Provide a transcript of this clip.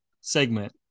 segment